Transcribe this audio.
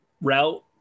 route